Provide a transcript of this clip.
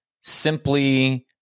simply